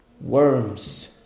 worms